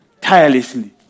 tirelessly